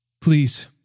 Please